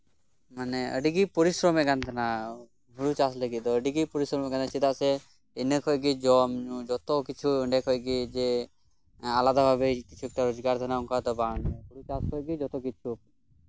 ᱢᱟᱱᱮ ᱟᱹᱰᱤ ᱜᱮ ᱯᱚᱨᱤᱥᱨᱚᱢᱮᱫ ᱠᱟᱱ ᱛᱟᱦᱮᱸᱱᱟ ᱦᱩᱲᱩ ᱪᱟᱥ ᱞᱟᱹᱜᱤᱫ ᱫᱚ ᱪᱮᱫᱟᱜ ᱥᱮ ᱤᱱᱟᱹ ᱠᱷᱚᱡ ᱜᱮ ᱡᱚᱢᱼᱧᱩ ᱡᱚᱛᱚ ᱠᱤᱪᱷᱩ ᱚᱸᱰᱮ ᱠᱷᱚᱡ ᱜᱮ ᱟᱞᱟᱫᱟ ᱵᱷᱟᱵᱮ ᱨᱳᱡᱜᱟᱨ ᱛᱟᱦᱮᱸ ᱠᱟᱱᱟ ᱚᱱᱠᱟ ᱫᱚ ᱵᱟᱝ ᱦᱩᱲᱩ ᱪᱟᱥ ᱨᱮᱜᱮ ᱡᱚᱛᱚ ᱠᱤᱪᱷᱩ